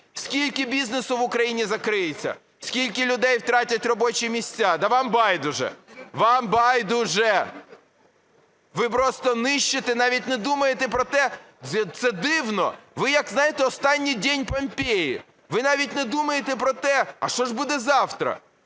Скільки бізнесу в Україні закриється. Скільки людей втратять робочі місця. Та вам байдуже. Вам байдуже! Ви просто нищите і навіть не думаєте про те, це дивно, ви як, знаєте, останній день Помпеї, ви навіть не думаєте про те, а що ж буде завтра.